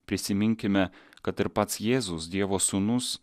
prisiminkime kad ir pats jėzus dievo sūnus